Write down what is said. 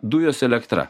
dujos elektra